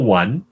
one